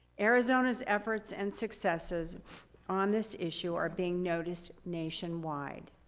arizona's efforts and successes on this issue are being noticed nationwide.